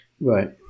Right